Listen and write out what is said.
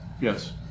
Yes